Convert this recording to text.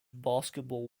basketball